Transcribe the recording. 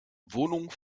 wohnung